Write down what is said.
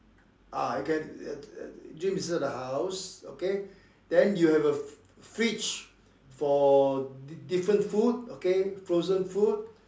ah you can gym inside the house okay then you have a fridge for di~ different food okay frozen food